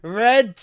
red